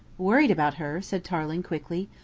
worried about her? said tarling quickly.